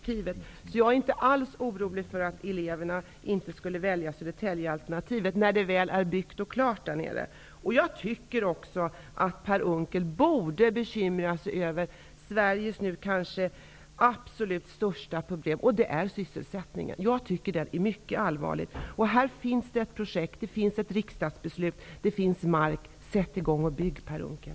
Jag är således inte alls orolig för att eleverna inte skulle välja Södertäljealternativet, när det väl är färdigt där. Jag tycker också att Per Unckel borde bekymra sig över Sveriges nu kanske absolut största problem, nämligen sysselsättningen. Jag tycker att den är ett mycket allvarligt problem. Här finns det ett projekt, ett riksdagsbeslut och mark. Sätt i gång och bygg, Per Unckel!